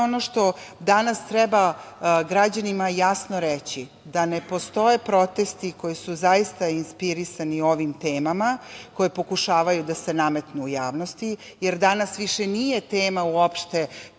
ono što danas treba građanima jasno reći, da ne postoje protesti koji su zaista inspirisani ovim temama koji pokušavaju da se nametnu u javnosti, jer danas više nije tema uopšte